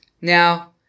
Now